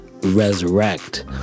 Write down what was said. resurrect